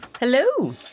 Hello